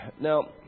Now